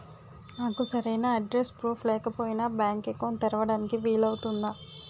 నాకు సరైన address proof లేకపోయినా బ్యాంక్ అకౌంట్ తెరవడానికి వీలవుతుందా?